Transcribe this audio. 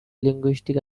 linguistic